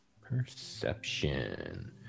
Perception